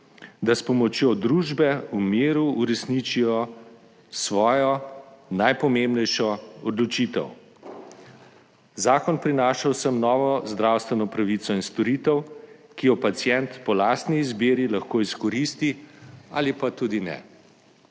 da s pomočjo družbe v miru uresničijo svojo najpomembnejšo odločitev. Zakon prinaša vsem novo zdravstveno pravico in storitev, ki jo pacient po lastni izbiri lahko izkoristi ali pa tudi ne.